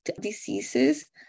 diseases